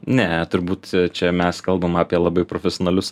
ne turbūt čia mes kalbam apie labai profesionalius